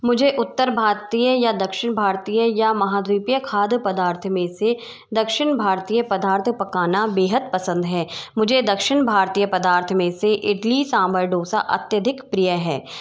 मुझे उत्तर भारतीय या दक्षिण भारतीय या महाद्वीपीय खाद्य पदार्थ में से दक्षिण भारतीय पदार्थ पकाना बेहद पसंद है मुझे दक्षिण भारतीय पदार्थ में से इडली सांभर डोसा अत्यधिक प्रिय है